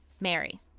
Mary